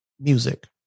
music